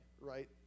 right